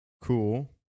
cool